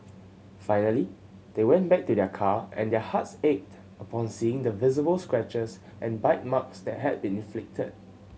finally they went back to their car and their hearts ached upon seeing the visible scratches and bite marks that had been inflicted